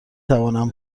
توانم